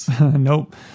Nope